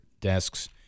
Desks